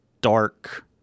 dark